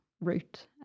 route